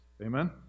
Amen